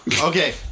Okay